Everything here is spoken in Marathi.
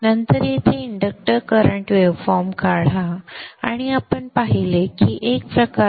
नंतर येथे इंडक्टर करंट वेव्हफॉर्म काढा आणि आपण पाहिले की एक प्रकारचा त्रिकोण वेव्हफॉर्म आहे